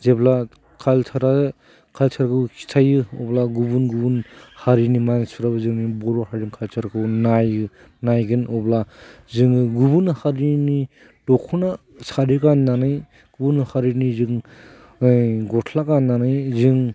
जेब्ला कालचारा कालचारखौ खिथायो अब्ला गुबुन गुबुन हारिनि मानसिफ्राबो जोंनि बर' हारिनि कालचारखौ नायो नायगोन अब्ला जोङो गुबुन हारिनि दख'ना सारि गाननानै गुबुन हारिनि जों ओइ गस्ला गाननानै जों